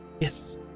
Yes